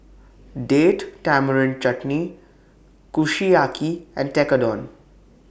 Date Tamarind Chutney Kushiyaki and Tekkadon